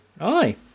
Aye